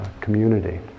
community